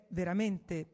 veramente